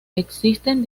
existen